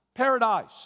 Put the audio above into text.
paradise